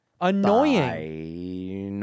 annoying